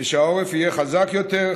שהעורף יהיה חזק יותר,